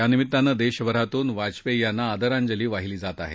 यानिमित्तानं देशभरातून वाजपेयी यांना आदरांजली वाहिली जात आहे